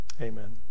amen